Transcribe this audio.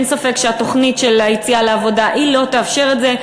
אין ספק שהתוכנית של היציאה לעבודה לא תאפשר את זה.